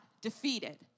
defeated